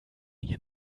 denn